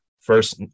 first